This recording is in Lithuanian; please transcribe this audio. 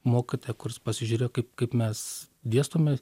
mokytoją kuris pasižiūrėjo kaip kaip mes dėstome